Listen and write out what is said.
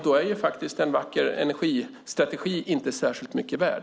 Då är faktiskt en vacker energistrategi inte särskilt mycket värd.